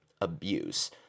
abuse